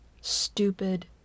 stupid